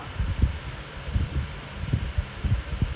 no he finished the first one already as in like you send but they pay later lah